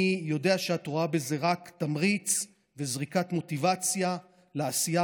אני יודע שאת רואה בזה רק תמריץ וזריקת מוטיבציה לעשייה